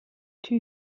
two